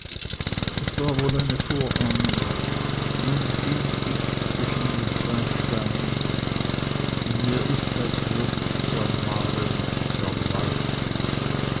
es war wohl eine vorahnung nun bin ich zwischen den zwei steinen und mir ist als würd ich zermahlen und